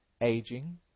aging